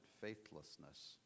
faithlessness